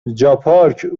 جاپارک